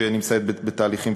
שנמצאת בתהליכים,